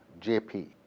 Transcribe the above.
JP